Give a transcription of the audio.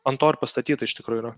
ant to ir pastatyta iš tikro yra